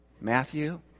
Matthew